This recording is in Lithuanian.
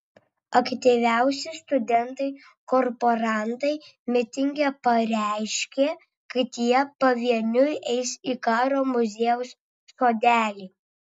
aktyviausi studentai korporantai mitinge pareiškė kad jie pavieniui eis į karo muziejaus sodelį